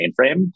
mainframe